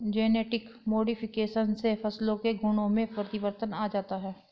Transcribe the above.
genetic modification से फसलों के गुणों में परिवर्तन आ जाता है